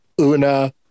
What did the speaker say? Una